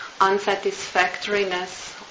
unsatisfactoriness